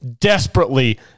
desperately